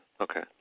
Okay